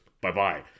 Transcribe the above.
bye-bye